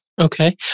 Okay